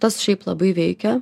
tas šiaip labai veikia